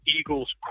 Eagles